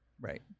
Right